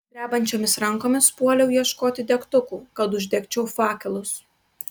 drebančiomis rankomis puoliau ieškoti degtukų kad uždegčiau fakelus